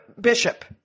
bishop